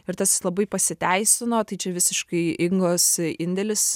ir tas labai pasiteisino tai čia visiškai ingos indėlis